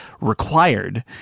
required